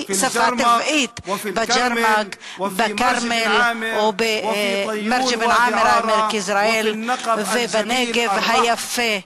היא שפה טבעית בכרמל או בעמק יזרעאל ובנגב היפה,